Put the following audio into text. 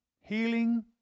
healing